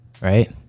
right